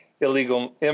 illegal